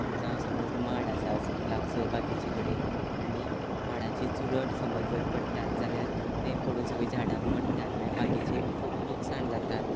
जावं समज माड आसास लागसर बाकीचे कडेन आनी माडाची चुरट समज जर पडटात जाल्यार तें पडून सगळीं झाडां मडटात माय बागेची खूब लुकसाण जातात